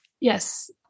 Yes